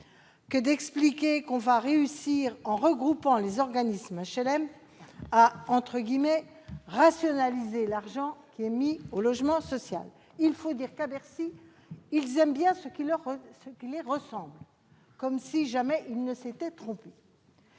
que d'expliquer que l'on va réussir, en regroupant les organismes d'HLM, à « rationaliser » l'utilisation de l'argent dédié au logement social. Il faut dire que, à Bercy, ils aiment bien ce qui leur ressemble, comme si jamais ils ne s'étaient trompés